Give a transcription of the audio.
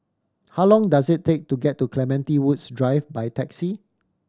how long does it take to get to Clementi Woods Drive by taxi